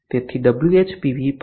તેથી WHPV Hat